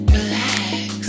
Relax